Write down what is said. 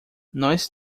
nós